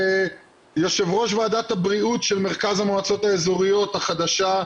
יושב ראש וועדת הבריאות של מרכז המועצות האזוריות החדשה,